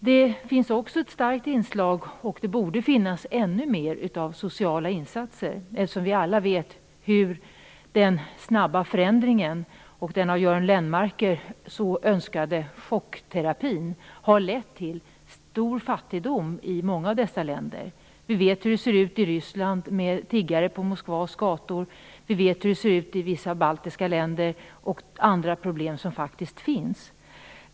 Det finns också ett starkt inslag, och det borde finnas ännu mer, av sociala insatser. Vi vet alla hur den snabba förändringen och den av Göran Lennmarker så önskade chockterapin har lett till stor fattigdom i många av dessa länder. Vi vet hur det ser ut i Ryssland, med tiggare på Moskvas gator, och känner till de problem som finns i vissa baltiska länder.